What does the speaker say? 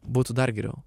būtų dar geriau